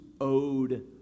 owed